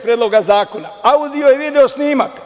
Predloga zakona – audio i video snimak.